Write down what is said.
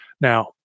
Now